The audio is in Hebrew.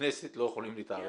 --- כנסת לא יכולים להתערב.